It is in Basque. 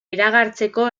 iragartzeko